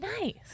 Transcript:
Nice